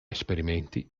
esperimenti